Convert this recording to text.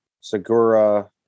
Segura